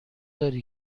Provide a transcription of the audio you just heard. داری